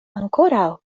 ankoraŭ